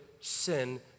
sin